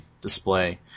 display